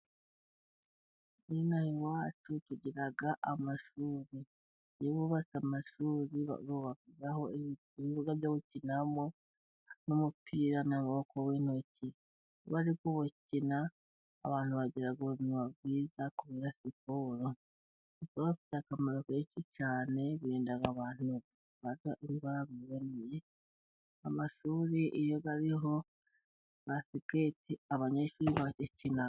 Ninaha iwacu tugira amashuri, iyo bubatse amashuri bubakaho ibibuga byo gukiniramo, n'umupira n'amako w'intoki, iyo bari kuwukina abantu bagira ubuzima bwiza kubera siporo, gukora siporo bifite akamaro kenshi cyane birinda abantu kurwara, amashuri iyo ariho basikete abanyeshuri barayikina.